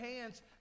hands